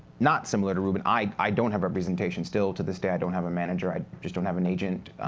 not similar to ruben, i i don't have representation. still to this day, i don't have a manager, i just don't have an agent.